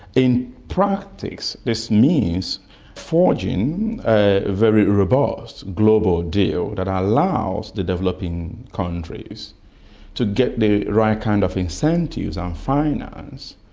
in practice, this mean forging a very robust global deal that allows the developing countries to get the right kind of incentives and um finance,